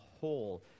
whole